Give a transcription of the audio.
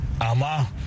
Ama